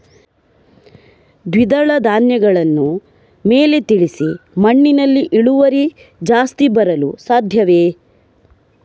ದ್ವಿದಳ ಧ್ಯಾನಗಳನ್ನು ಮೇಲೆ ತಿಳಿಸಿ ಮಣ್ಣಿನಲ್ಲಿ ಇಳುವರಿ ಜಾಸ್ತಿ ಬರಲು ಸಾಧ್ಯವೇ?